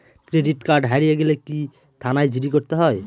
Credit card হারিয়ে গেলে কি থানায় জি.ডি করতে হয়?